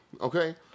Okay